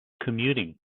commuting